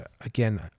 again